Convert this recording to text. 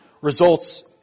results